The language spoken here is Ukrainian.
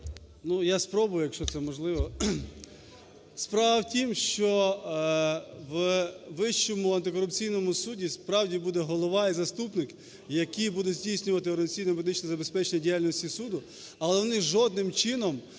Я спробую, якщо це можливо. Справа в тім, що у Вищому антикорупційному суді, справді, буде голова і заступник, які будуть здійснювати організаційно-методичне забезпечення діяльності суду, але вони жодним чином